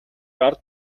ард